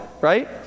right